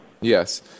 yes